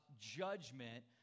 judgment